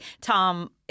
Tom